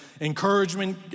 encouragement